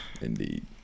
indeed